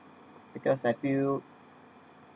because I feel